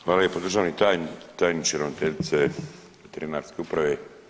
Hvala lijepo državni tajniče, ravnateljice Veterinarske uprave.